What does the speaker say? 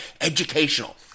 educational